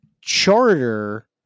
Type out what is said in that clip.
Charter